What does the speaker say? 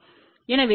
எனவே Zin Z Z0